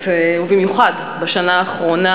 ובמיוחד בשנה האחרונה,